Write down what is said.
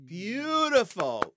beautiful